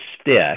stick